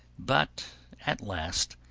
but at last,